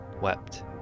wept